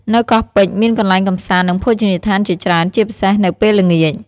នៅកោះពេជ្រ មានកន្លែងកម្សាន្ត និងភោជនីយដ្ឋានជាច្រើន ជាពិសេសនៅពេលល្ងាច។